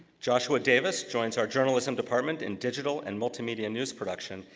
joshua davis joins our journalism department in digital and multimedia news production,